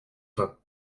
vint